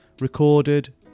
recorded